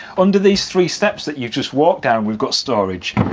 under these three steps that you've just walked down, we've got storage.